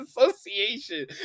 association